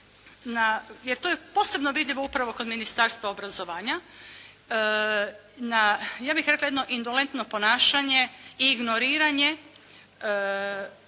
jer to je posebno vidljivo upravo kod Ministarstva obrazovanja, na ja bih rekla jedno indolentno ponašanje i ignoriranje